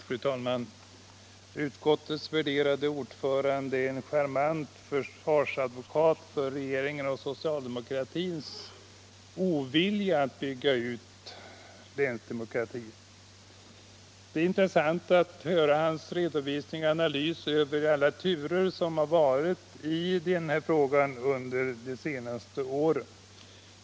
Fru talman! Utskottets värderade ordförande är en charmant försvarsadvokat för regeringens och socialdemokratins ovilja att bygga ut länsdemokratin. Det är intressant att höra hans redovisning och analys över alla turer som varit i den här frågan under de senaste åren.